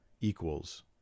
equals